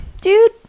dude